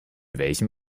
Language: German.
welchem